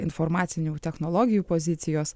informacinių technologijų pozicijos